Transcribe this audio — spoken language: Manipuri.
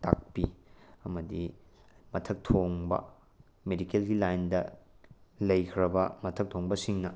ꯇꯥꯛꯄꯤ ꯑꯃꯗꯤ ꯃꯊꯛ ꯊꯣꯡꯕ ꯃꯦꯗꯤꯀꯦꯜꯒꯤ ꯂꯥꯏꯟꯗ ꯂꯩꯈ꯭ꯔꯕ ꯃꯊꯛ ꯊꯣꯡꯕꯁꯤꯡꯅ